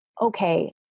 okay